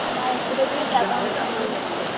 మా ఇంటి దగ్గర చేద్దాం అనుకుంటున్నాం అండి